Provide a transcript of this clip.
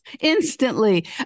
instantly